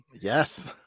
Yes